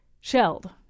shelled